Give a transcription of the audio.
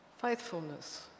faithfulness